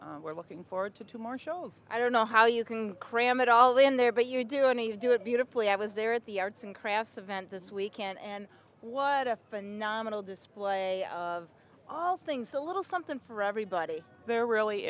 and we're looking forward to two more shows i don't know how you can cram it all in there but you do need to do it beautifully i was there at the arts and crafts event this weekend and what a phenomenal display of all things a little something for everybody there really